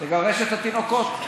תגרש את התינוקות.